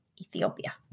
Ethiopia